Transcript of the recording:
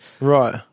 Right